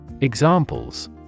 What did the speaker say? Examples